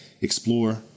explore